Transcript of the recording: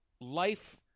Life